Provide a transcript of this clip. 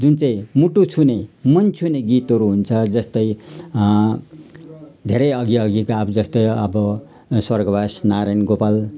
जुन चाहिँ मुटु छुने मन छुने गीतहरू हुन्छ जस्तै धेरै अघि अघिका अब जस्तै अब स्वर्गवास नारायण गोपाल